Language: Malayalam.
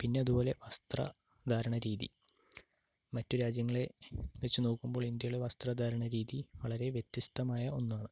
പിന്നെ അതുപോലെ വസ്ത്രധാരണരീതി മറ്റ് രാജ്യങ്ങളെ വച്ച് നോക്കുമ്പോൾ ഇന്ത്യയുടെ വസ്ത്രധാരണരീതി വളരെ വ്യത്യസ്തമായ ഒന്നാണ്